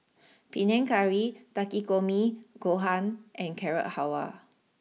Panang Curry Takikomi Gohan and Carrot Halwa